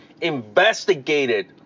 investigated